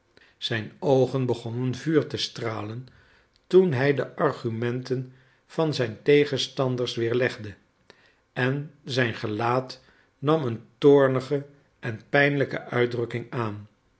zijn oogen begonnen vuur te stralen toen hij de argumenten van zijn tegenstanders weerlegde en zijn gelaat nam een toornige en pijnlijke uitdrukking aan